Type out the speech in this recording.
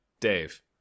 Dave